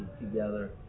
together